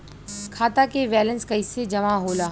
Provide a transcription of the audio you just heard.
खाता के वैंलेस कइसे जमा होला?